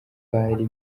bari